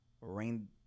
Rain